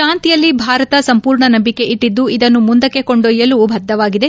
ಶಾಂತಿಯಲ್ಲಿ ಭಾರತ ಸಂಪೂರ್ಣ ನಂಬಿಕೆ ಇಟ್ಟಿದ್ದು ಇದನ್ನು ಮುಂದಕ್ಕೆ ಕೊಂಡೊಯ್ಯಲು ಬದ್ದವಾಗಿದೆ